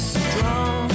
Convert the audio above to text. strong